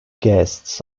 guests